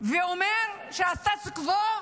ואומר שהסטטוס קוו,